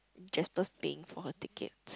Jasper's paying for her ticket